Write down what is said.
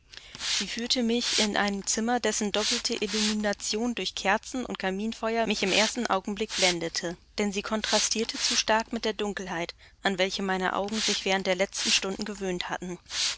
sie führte mich in ein zimmer dessen doppelte illumination durch kerzen und kaminfeuer mich im ersten augenblick blendete denn sie kontrastierte zu stark mit der dunkelheit an welche meine augen sich während der letzten stunden gewöhnt hatten